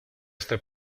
este